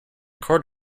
quart